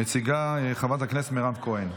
מציגה, חברת הכנסת מירב כהן.